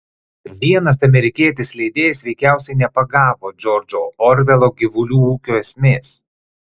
vienas amerikietis leidėjas veikiausiai nepagavo džordžo orvelo gyvulių ūkio esmės